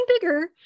bigger